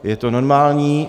Je to normální.